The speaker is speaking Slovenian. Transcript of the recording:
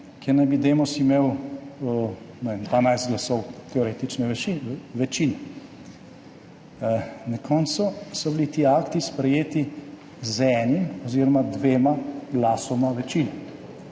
kjer naj bi Demos imel, ne vem, 12 glasov teoretične večine. Na koncu so bili ti akti sprejeti z enim oziroma dvema glasoma večine.